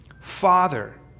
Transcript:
Father